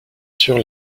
sûr